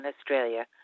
Australia